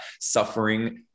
suffering